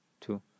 two